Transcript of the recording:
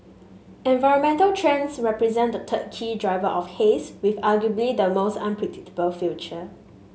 environmental trends represent the third key driver of haze with arguably the most unpredictable future